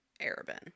Arabin